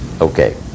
Okay